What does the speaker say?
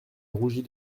rougit